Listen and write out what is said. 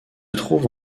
trouve